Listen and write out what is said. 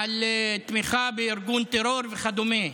על תמיכה בארגון טרור וכדומה.